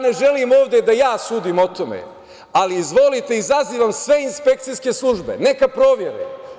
Ne želim ovde da ja sudim o tome, ali, izvolite, izazivam sve inspekcijske službe, neka provere.